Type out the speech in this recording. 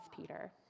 Peter